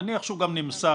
נניח שהוא גם נמסר,